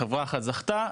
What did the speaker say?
חברה אחת זכתה,